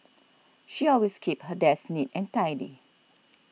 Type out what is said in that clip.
she always keeps her desk neat and tidy